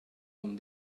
con